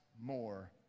more